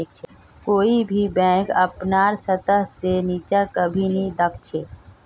कोई भी बैंक अपनार स्तर से नीचा कभी नी दख छे